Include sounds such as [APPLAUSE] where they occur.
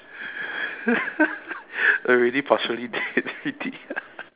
[LAUGHS] already partially dead already [LAUGHS]